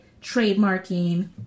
trademarking